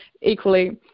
equally